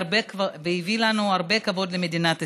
והביא לנו הרבה כבוד, למדינת ישראל.